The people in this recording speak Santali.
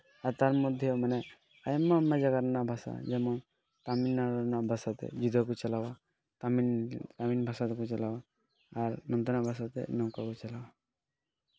ᱟᱨ ᱛᱟᱨ ᱢᱚᱫᱽᱫᱷᱮᱣ ᱢᱟᱱᱮ ᱟᱭᱢᱟ ᱟᱭᱢᱟ ᱡᱟᱭᱜᱟ ᱨᱮᱱᱟᱜ ᱵᱷᱟᱥᱟ ᱡᱮᱢᱚᱱ ᱛᱟᱢᱤᱞᱱᱟᱲᱩ ᱨᱮᱱᱟᱜ ᱵᱷᱟᱥᱟ ᱛᱮ ᱡᱩᱫᱟᱹ ᱠᱚ ᱪᱟᱞᱟᱣᱟ ᱛᱟᱢᱤᱞ ᱛᱟᱢᱤᱞ ᱵᱷᱟᱥᱟ ᱛᱮᱠᱚ ᱪᱟᱞᱟᱣᱟ ᱟᱨ ᱱᱚᱱᱛᱮᱱᱟᱜ ᱵᱷᱟᱥᱟ ᱛᱮ ᱱᱚᱝᱠᱟ ᱠᱚ ᱪᱟᱞᱟᱣᱟ